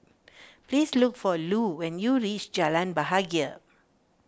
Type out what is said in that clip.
please look for Lu when you reach Jalan Bahagia